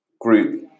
group